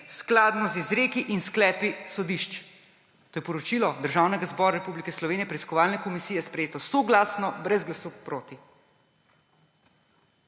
skladno z izreki in sklepi sodišč.« To je poročilo Državnega zbora Republike Slovenije, preiskovalne komisije, sprejeto soglasno, brez glasu proti.